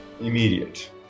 immediate